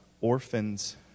orphans